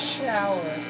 shower